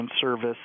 service